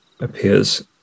appears